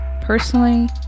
personally